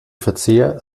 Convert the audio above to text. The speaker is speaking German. verzehr